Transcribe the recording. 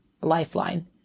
Lifeline